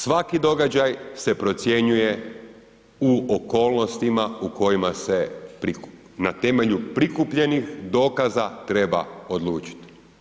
Svaki događaj se procjenjuje u okolnostima u kojima se prikuplja, na temelju prikupljenih dokaza, treba odlučiti.